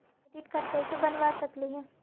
Credit card कैसे बनबा सकली हे?